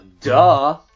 duh